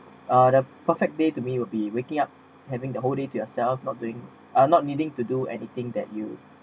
uh the perfect day to me would be waking up having the whole day to yourself not doing uh not needing to do anything that you